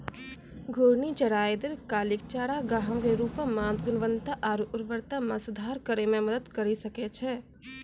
घूर्णि चराई दीर्घकालिक चारागाह के रूपो म गुणवत्ता आरु उर्वरता म सुधार करै म मदद करि सकै छै